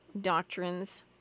doctrines